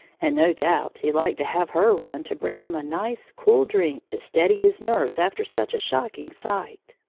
and no doubt he liked to have her run to bring him a nice, cool drink to steady his nerves after such a shocking sight!